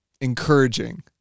encouraging